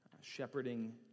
shepherding